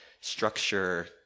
structure